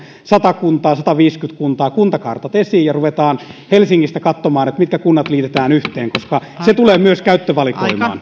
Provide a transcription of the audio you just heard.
sata kuntaa sataviisikymmentä kuntaa kuntakartat esiin ja ruvetaan helsingistä katsomaan mitkä kunnat liitetään yhteen koska se tulee myös käyttövalikoimaan